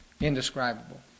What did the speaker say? indescribable